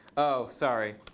oh, sorry.